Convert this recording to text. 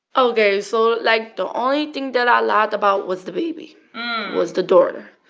ok. so like, the only thing that i lied about was the baby was the daughter.